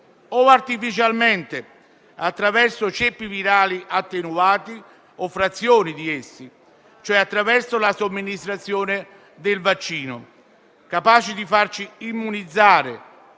artificialmente, attraverso ceppi virali attenuati o frazioni di essi, cioè mediante la somministrazione del vaccino capace di farci immunizzare